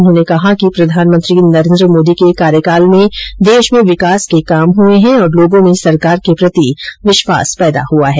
उन्होंने कहा कि प्रधानमंत्री नरेन्द्र मोदी के कार्यकाल में देश में विकास के काम हुए हैं और लोगों में सरकार के प्रति विश्वास पैदा हुआ है